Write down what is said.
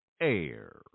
air